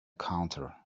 counter